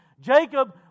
Jacob